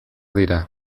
dira